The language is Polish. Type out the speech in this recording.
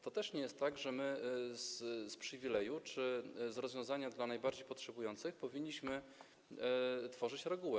To też nie jest tak, że my z przywileju czy z rozwiązania dla najbardziej potrzebujących powinniśmy tworzyć regułę.